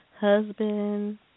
Husband